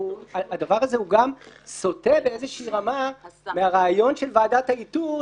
הדבר הזה גם סוטה באיזושהי רמה מהרעיון של ועדת איתור,